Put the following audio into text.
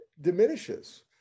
diminishes